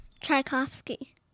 Tchaikovsky